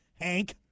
hank